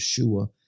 yeshua